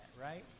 right